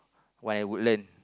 one at Woodland